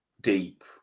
deep